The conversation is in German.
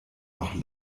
noch